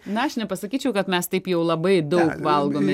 na aš nepasakyčiau kad mes taip jau labai daug valgome